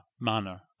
manner